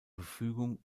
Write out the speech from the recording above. verfügung